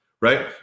right